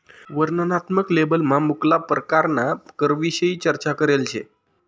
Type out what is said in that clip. वर्णनात्मक लेबलमा मुक्ला परकारना करविषयी चर्चा करेल शे